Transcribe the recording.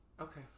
okay